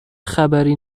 خبری